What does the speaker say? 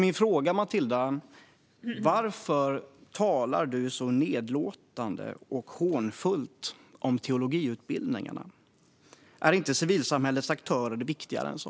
Min fråga, Matilda, är: Varför talar du så nedlåtande och hånfullt om teologiutbildningarna? Är inte civilsamhällets aktörer viktigare än så?